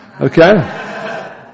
Okay